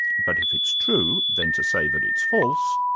but if it's true, then to say that it's false,